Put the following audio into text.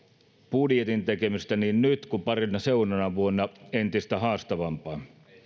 budjetin tekemisestä niin nyt kuin parina seuraavana vuonna entistä haastavampaa